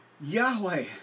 Yahweh